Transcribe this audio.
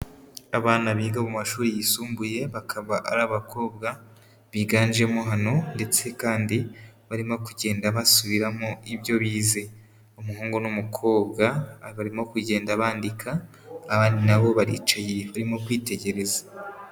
Abana biga mu mashuri yisumbuye, bakaba ari abakobwa biganjemo hano ndetse kandi barimo kugenda basubiramo ibyo bize. Umuhungu n'umukobwa barimo kugenda bandika, abandi na bo baricaye, barimo kwitegereza.